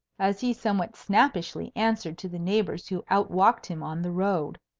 as he somewhat snappishly answered to the neighbours who out-walked him on the road.